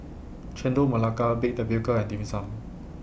Chendol Melaka Baked Tapioca and Dim Sum